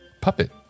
puppet